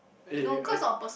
eh I